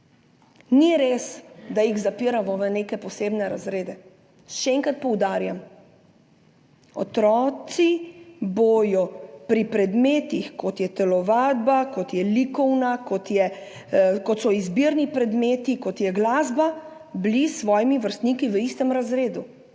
Ni res, da jih zapiramo v neke posebne razrede. Še enkrat poudarjam, otroci bodo pri predmetih, kot je telovadba, kot je likovna, kot so izbirni predmeti, kot je glasba, s svojimi vrstniki v istem razredu,